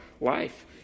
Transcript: life